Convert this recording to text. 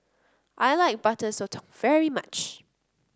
I like Butter Sotong very much